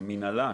המינהלות,